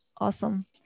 awesome